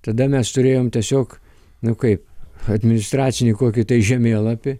tada mes turėjom tiesiog nu kaip administracinį kokį tai žemėlapį